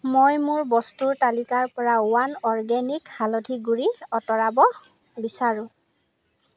মই মোৰ বস্তুৰ তালিকাৰ পৰা ওৱান অৰ্গেনিক হালধি গুড়ি আঁতৰাব বিচাৰো